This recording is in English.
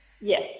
Yes